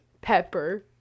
pepper